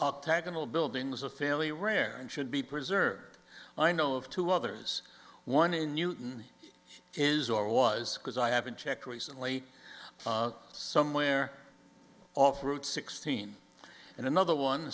octagonal building was a fairly rare and should be preserved i know of two others one in newton is or was because i haven't checked recently somewhere off route sixteen and another one